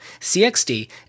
CXD